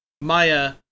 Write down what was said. Maya